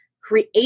create